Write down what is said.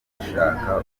gushaka